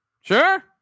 Sure